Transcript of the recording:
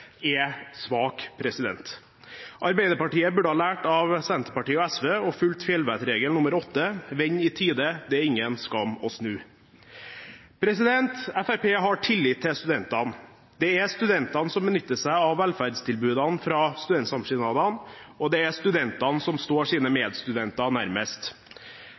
er svak. Arbeiderpartiet burde ha lært av Senterpartiet og SV og fulgt fjellvettregel nr. 8: Vend i tide, det er ingen skam å snu. Fremskrittspartiet har tillit til studentene. Det er studentene som benytter seg av velferdstilbudene fra studentsamskipnadene. Og det er studentene som står sine medstudenter nærmest.